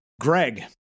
Greg